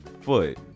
foot